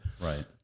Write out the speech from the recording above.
Right